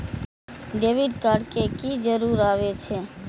Debit card के की जरूर आवे छै?